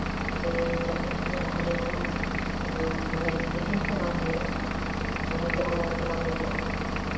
ᱥᱮ ᱡᱚᱠᱷᱚᱱ ᱛᱚᱠᱷᱚᱱ ᱡᱟᱦᱟᱸ ᱨᱮᱦᱚᱸ ᱢᱟᱱᱮ ᱯᱷᱤᱴᱤᱝᱥ ᱦᱚᱸ ᱵᱟᱝ ᱦᱩᱭᱩᱜᱼᱟ ᱧᱮᱞ ᱛᱮᱦᱚᱸ ᱢᱚᱡᱽ ᱫᱚ ᱵᱟᱝ ᱧᱮᱞᱚᱜᱼᱟ